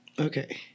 Okay